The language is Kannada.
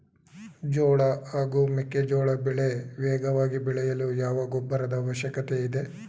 ಜೋಳ ಹಾಗೂ ಮೆಕ್ಕೆಜೋಳ ಬೆಳೆ ವೇಗವಾಗಿ ಬೆಳೆಯಲು ಯಾವ ಗೊಬ್ಬರದ ಅವಶ್ಯಕತೆ ಇದೆ?